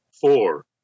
Four